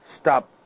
stop